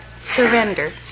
surrender